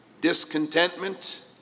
discontentment